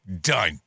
done